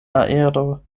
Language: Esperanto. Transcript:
aero